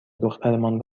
دخترمان